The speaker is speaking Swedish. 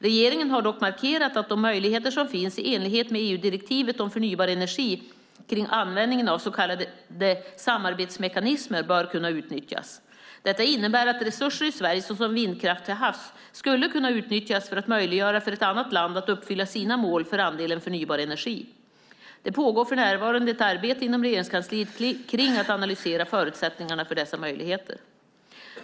Regeringen har dock markerat att de möjligheter som finns i enlighet med EU-direktivet om förnybar energi kring användningen av så kallade samarbetsmekanismer bör kunna utnyttjas. Detta innebär att resurser i Sverige såsom vindkraft till havs skulle kunna utnyttjas för att möjliggöra för ett annat land att uppfylla sitt mål för andelen förnybar energi. Det pågår för närvarande ett arbete inom Regeringskansliet kring att analysera förutsättningarna för dessa möjligheter.